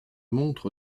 montre